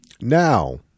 now